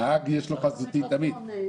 נהג יש לו יכולת חזותית תמיד,